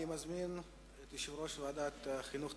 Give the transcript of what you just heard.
אני מזמין את יושב-ראש ועדת החינוך,